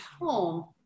home